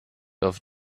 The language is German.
auf